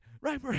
right